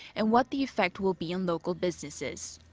and what the effect will be on local businesses.